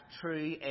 true